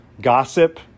gossip